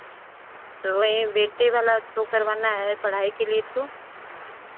तो वहीं बेटी वाला तो करवाना है पढ़ाई के लिए तो